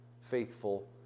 faithful